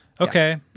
Okay